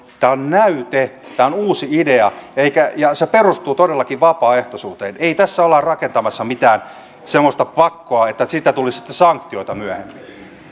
tämä on näyte tämä on uusi idea ja se perustuu todellakin vapaaehtoisuuteen ei tässä olla rakentamassa mitään semmoista pakkoa että siitä tulisi sitten sanktioita myöhemmin